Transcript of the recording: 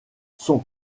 sont